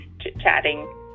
chit-chatting